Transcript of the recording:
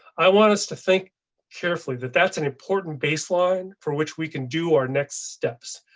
i want us to think carefully that that's an important baseline for which we can do our next steps.